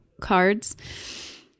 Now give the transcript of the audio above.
cards